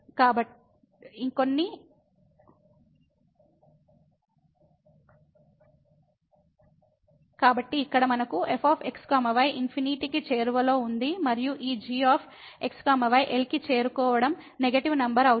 కాబట్టి ఇక్కడ మనకు f x y ఇన్ఫినిటీ కి చేరువలో ఉంది మరియు ఈ g x y L కి చేరుకోవడం నెగెటివ్ నంబర్ అవుతుంది